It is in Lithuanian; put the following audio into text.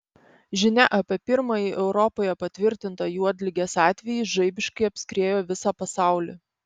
žinia apie pirmąjį europoje patvirtintą juodligės atvejį žaibiškai apskriejo visą pasaulį